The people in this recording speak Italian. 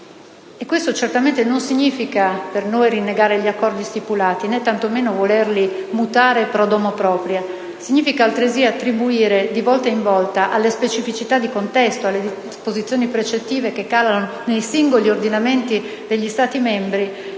Questo certamente non significa per noi rinnegare gli accordi stipulati, né tanto meno volerli mutare *pro domo nostra*. Significa altresì attribuire, di volta in volta, alle specificità di contesto, alle disposizioni percettive, che calano nei singoli ordinamenti degli Stati membri,